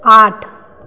आठ